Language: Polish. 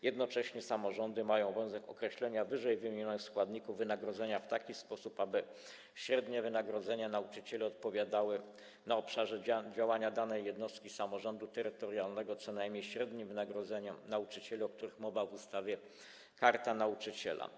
Jednocześnie samorządy mają obowiązek określenia ww. składników wynagrodzenia w taki sposób, aby średnie wynagrodzenia nauczycieli odpowiadały na obszarze działania danej jednostki samorządu terytorialnego co najmniej średnim wynagrodzeniom nauczycieli, o których mowa w ustawie Karta Nauczyciela.